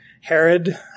Herod